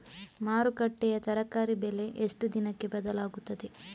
ಮಾರುಕಟ್ಟೆಯ ತರಕಾರಿ ಬೆಲೆ ಎಷ್ಟು ದಿನಕ್ಕೆ ಬದಲಾಗುತ್ತದೆ?